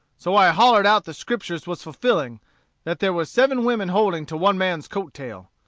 so i hollered out the scriptures was fulfilling that there was seven women holding to one man's coat-tail.